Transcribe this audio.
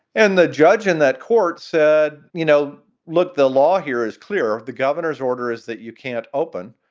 and the judge in that court said, you know, look, the law here is clear. the governor's order is that you can't open.